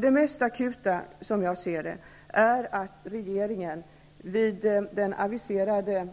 Det mest akuta, som jag ser det, är att regeringen vid det aviserade